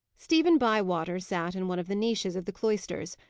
stephen bywater sat in one of the niches of the cloisters,